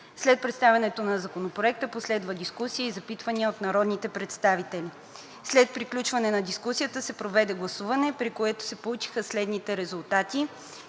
След представянето на Законопроекта последва дискусия и запитвания от народните представители. След приключване на дискусията се проведе гласуване, при което се получиха следните резултати: